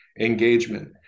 engagement